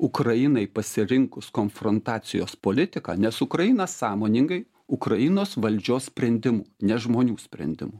ukrainai pasirinkus konfrontacijos politiką nes ukraina sąmoningai ukrainos valdžios sprendimų ne žmonių sprendimu